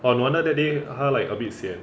orh no wonder that day 他 like a bit sian